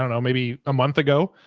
don't know, maybe a month ago.